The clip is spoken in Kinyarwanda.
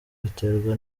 biterwa